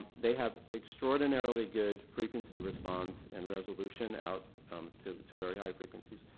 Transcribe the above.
they have extraordinarily good frequency response and resolution out to to very high frequencies.